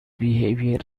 behavior